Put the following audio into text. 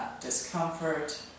discomfort